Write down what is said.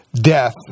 death